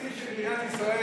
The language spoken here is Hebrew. התקציב של מדינת ישראל,